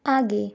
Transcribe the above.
आगे